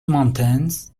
مانتس